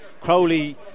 Crowley